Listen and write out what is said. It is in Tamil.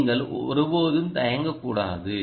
நீங்கள் ஒருபோதும் தயங்கக்கூடாது